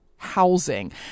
housing